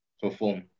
perform